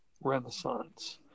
Renaissance